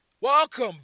welcome